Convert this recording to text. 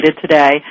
today